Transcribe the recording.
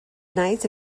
nice